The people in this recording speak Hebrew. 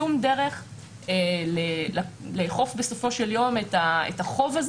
שום דרך לאכוף בסופו של יום את החוב הזה